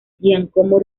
giacomo